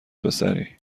پسری